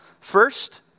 First